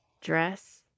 dress